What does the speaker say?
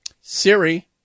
Siri